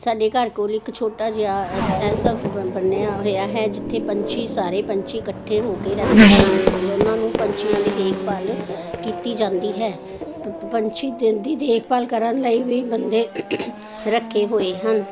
ਸਾਡੇ ਘਰ ਕੋਲ ਇੱਕ ਛੋਟਾ ਜਿਹਾ ਐਸਾ ਬਣਿਆ ਹੋਇਆ ਹੈ ਜਿੱਥੇ ਪੰਛੀ ਸਾਰੇ ਪੰਛੀ ਇਕੱਠੇ ਹੋ ਕੇ ਰਹਿੰਦੇ ਹਨ ਅਤੇ ਉਨ੍ਹਾਂ ਨੂੰ ਪੰਛੀਆਂ ਦੀ ਦੇਖ ਭਾਲ ਕੀਤੀ ਜਾਂਦੀ ਹੈ ਪੰਛੀ ਦੀ ਦੇਖ ਭਾਲ ਕਰਨ ਲਈ ਵੀ ਬੰਦੇ ਰੱਖੇ ਹੋਏ ਹਨ